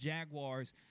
Jaguars